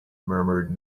murmured